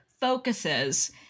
focuses